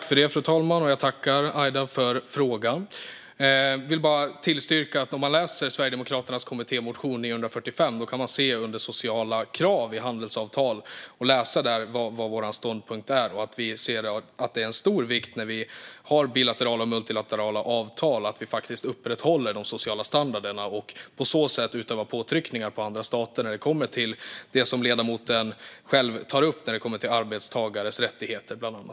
Fru talman! Jag tackar Aida för frågan. Jag vill bara påpeka att om man tittar i Sverigedemokraternas kommittémotion 945 kan man under rubriken "Sociala krav i handelsavtal" läsa om vår ståndpunkt. Vi tycker att det är av stor vikt att vi i bilaterala och multilaterala avtal upprätthåller de sociala standarderna och på så sätt utövar påtryckningar på andra stater vad gäller det som ledamoten tar upp om bland annat arbetstagares rättigheter.